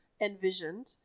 envisioned